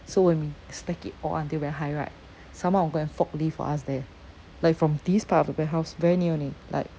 so when we stack it all until very high right someone will go and forklift for us there like from this part of the warehouse very near only like